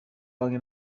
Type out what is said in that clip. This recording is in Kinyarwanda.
banki